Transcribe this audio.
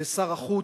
ושר החוץ,